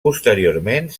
posteriorment